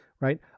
right